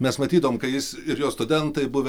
mes matydavom kai jis ir jo studentai buvę